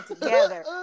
together